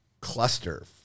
cluster